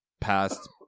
past